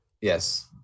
yes